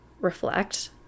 reflect